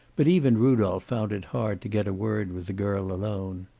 but even rudolph found it hard to get a word with the girl alone.